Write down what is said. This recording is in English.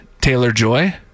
Taylor-Joy